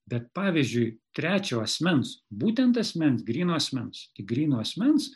bet pavyzdžiui trečio asmens būtent asmens gryno asmens tik gryno asmens